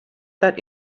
that